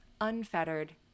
unfettered